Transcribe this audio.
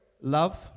Love